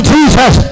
Jesus